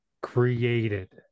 created